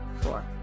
four